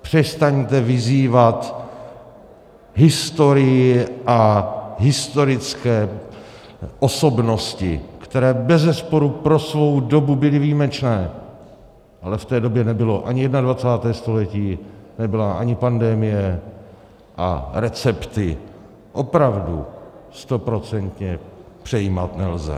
Přestaňte vzývat historii a historické osobnosti, které bezesporu pro svou dobu byly výjimečné, ale v té době nebylo ani 21. století, nebyla ani pandemie a recepty opravdu stoprocentně přejímat nelze.